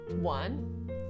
One